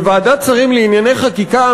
וועדת שרים לענייני חקיקה,